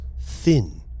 thin